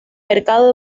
mercado